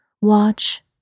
watch